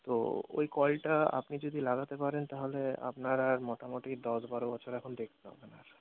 তো ওই কলটা আপনি যদি লাগাতে পারেন তাহলে আপনার আর মোটামুটি দশ বারো বছর এখন দেখতে হবে না আর